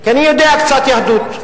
כי אני יודע קצת יהדות.